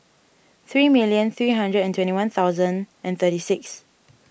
three million three hundred and twenty one thousand and thirty six